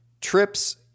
Trips